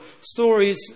stories